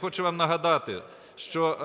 хочу вам нагадати, що